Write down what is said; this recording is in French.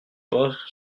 pas